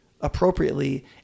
appropriately